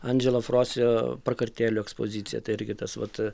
andželo frosio prakartėlių ekspozicija tai irgi tas vat